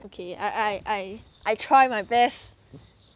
okay I I I I try my best